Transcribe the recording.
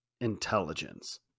intelligence